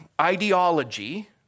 ideology